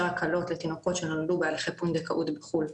הקלות לתינוקות שנולדו בהליכי פונדקאות בחו"ל,